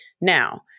now